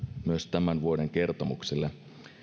myös tämän vuoden kertomukselle